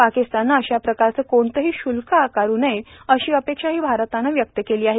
पाकिस्ताननं अशा प्रकारचं कोणतंही शुल्क आकारू नये अशी अपेक्षाही भारतानं व्यक्त केली आहे